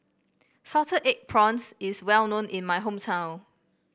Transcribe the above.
Salted Egg Prawns is well known in my hometown